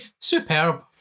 Superb